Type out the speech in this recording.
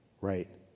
right